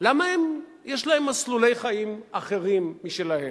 למה יש להם מסלולי חיים אחרים משלהם?